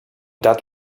that